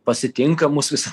pasitinka mus vis